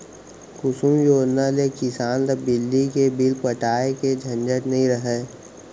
कुसुम योजना ले किसान ल बिजली के बिल पटाए के झंझट नइ रहय